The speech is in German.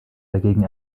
dagegen